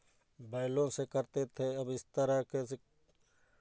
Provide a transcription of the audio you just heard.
बैलों से करते थे अब इस तरह के जिक